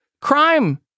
crime